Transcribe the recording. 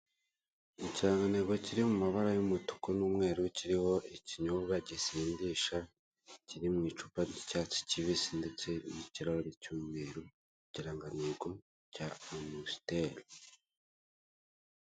Ikirangantego kiri mu mabara y'umutuku n'umweru kiriho ikinyobwa gisindisha, kiri mu icupa ry'icyatsi kibisi ndetse n'ikirahuri cy'umweru, ikirangantego cya amusiteli.